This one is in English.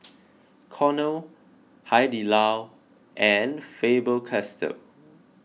Cornell Hai Di Lao and Faber Castell